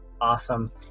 Awesome